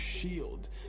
shield